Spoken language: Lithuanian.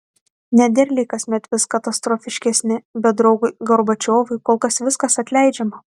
nederliai kasmet vis katastrofiškesni bet draugui gorbačiovui kol kas viskas atleidžiama